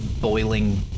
boiling